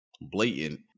blatant